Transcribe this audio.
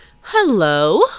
Hello